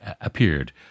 appeared